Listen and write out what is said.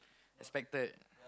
expected